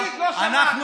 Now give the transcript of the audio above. תגיד, לא שמענו.